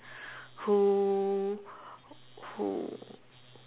who who